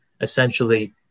essentially